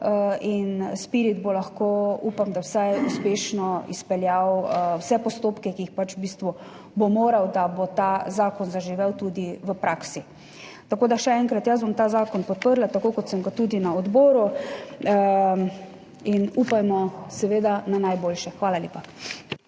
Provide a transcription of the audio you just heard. in SPIRIT bo lahko, upam, da uspešno, izpeljal vse postopke, ki jih bo v bistvu moral, da bo ta zakon zaživel tudi v praksi. Tako da, še enkrat, jaz bom ta zakon podprla, tako kot sem ga tudi na odboru, in upajmo seveda na najboljše. Hvala lepa.